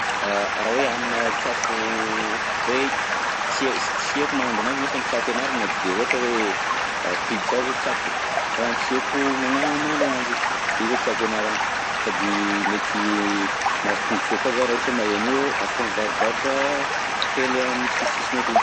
Raha hoe hanina tiàko hoe tsy tsy hay tsy haiko mahandro anazy nefa tiàko ianarana de ohatra hoe, pizza zao tiàko fa tsy haiko magna- mahandro ananjy, i zao tiàko ianarana, sady mety mahazo tombonsoa koa za raha ohatra hoe mahay an'io afaka mivarobarotra kely amin'ny sisisisiny akegny.